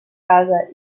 casa